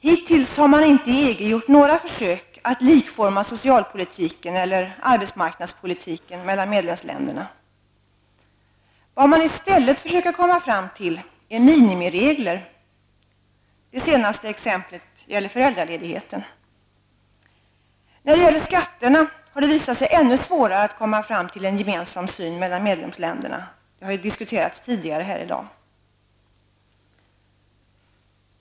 Hittills har man i EG inte gjort några försök att likforma socialpolitiken eller arbetsmarknadspolitiken mellan medlemsländerna. Vad man i stället försöker komma fram till är minimiregler. Det senaste exemplet gäller föräldraledigheten. När det gäller skatterna har det visat sig ännu svårare att komma fram till en gemensam syn mellan medlemsländerna. Det har diskuterats tidigare här i dag.